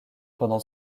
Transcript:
pendant